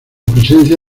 presencia